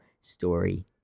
story